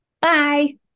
Bye